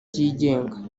byigenga